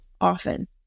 often